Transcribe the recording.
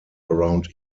around